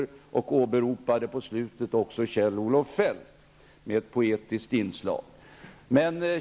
På slutet åberopade han också Kjell-Olof Feldt med ett poetiskt inslag.